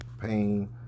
pain